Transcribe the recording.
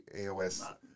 AOS